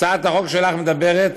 הצעת החוק שלך מדברת